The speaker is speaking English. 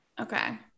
okay